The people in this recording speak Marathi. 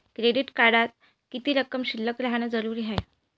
क्रेडिट कार्डात किती रक्कम शिल्लक राहानं जरुरी हाय?